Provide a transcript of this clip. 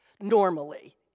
normally